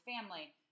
family